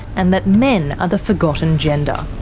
and that men are the forgotten gender.